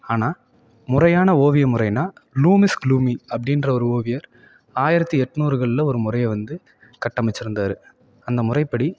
ஆனால் முறையான ஓவிய முறைன்னா லூமிஸ் க்ளூமி அப்படின்ற ஓவியர் ஆயிரத்து எட்நூறுகளில் ஒரு முறையை வந்து கட்டமைச்சிருந்தார் அந்த முறைப்படி